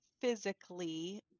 physically